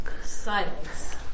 silence